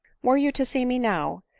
were you to see me now,